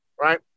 Right